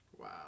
Wow